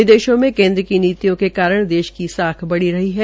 विदेशो में केन्द्र की नीतियों के कारण देश की साख बढ़ रही है